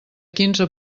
quinze